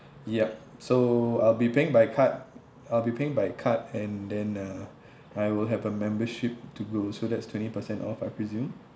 yup so I'll be paying by card I'll be paying by card and then uh I will have a membership to go so that's twenty percent off I presume